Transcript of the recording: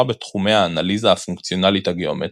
בתחומי האנליזה הפונקציונלית הגאומטרית,